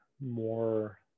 more